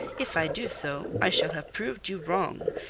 if i do so, i shall have proved you wrong,